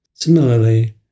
Similarly